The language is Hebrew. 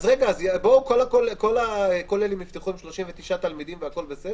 יבואו כל הכוללים ויפתחו עם 39 תלמידים והכול בסדר?